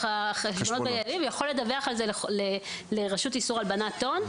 החשבונות ויכול לדווח על זה לרשות לאיסור הלבנת הון.